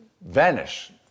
vanish